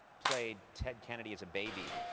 played ted kennedy as a baby.